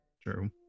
true